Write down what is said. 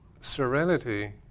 serenity